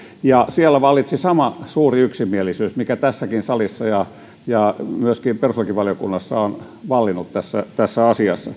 siellä vallitsi sama suuri yksimielisyys mikä tässäkin salissa ja ja myöskin perustuslakivaliokunnassa on vallinnut tässä tässä asiassa